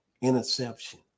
interception